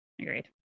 agreed